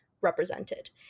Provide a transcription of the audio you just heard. represented